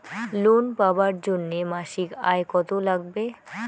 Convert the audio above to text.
Loan পাবার জন্যে মাসিক আয় কতো লাগবে?